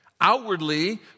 outwardly